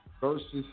versus